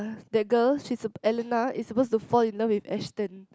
uh the girl she's a Elena is supposed to fall in love with Ashton